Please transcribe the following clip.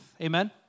Amen